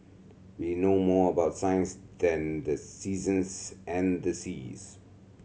we know more about science than the seasons and the seas